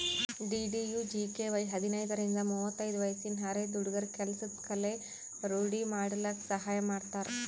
DDUGKY ಹದಿನೈದರಿಂದ ಮುವತ್ತೈದು ವಯ್ಸಿನ ಅರೆದ ಹುಡ್ಗುರ ಕೆಲ್ಸದ್ ಕಲೆ ರೂಡಿ ಮಾಡ್ಕಲಕ್ ಸಹಾಯ ಮಾಡ್ತಾರ